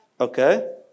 Okay